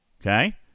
Okay